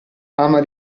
ama